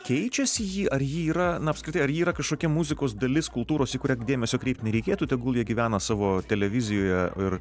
keičiasi ji ar ji yra na apskritai ar ji yra kažkokia muzikos dalis kultūros į kurią dėmesio kreipt nereikėtų tegul jie gyvena savo televizijoje ir